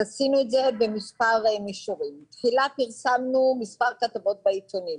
עשינו את זה במספר מישורים: תחילה פרסמנו מספר כתבות בעיתונים